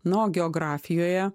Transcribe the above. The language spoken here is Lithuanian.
nu o geografijoje